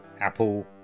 Apple